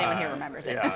here remembers it.